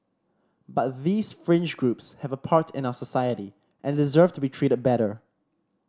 but these fringe groups have a part in our society and deserve to be treated better